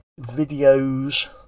videos